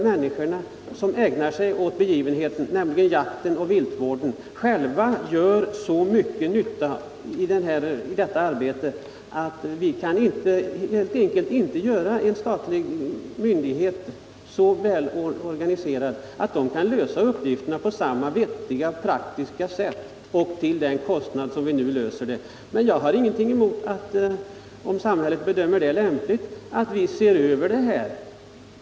Människorna som ägnar sig åt jakt och viltvård gör så mycket nytta att vi helt enkelt inte kan göra en statlig myndighet så väl organiserad att den kan lösa uppgifterna på samma vettiga och praktiska sätt och till den kostnad vi har i dag. Men jag har ingenting emot, om samhället bedömer det lämpligt, att vi ser över det här.